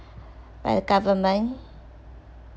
by the government